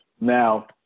Now